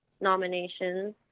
nominations